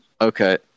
Okay